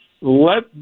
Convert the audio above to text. Let